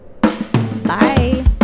Bye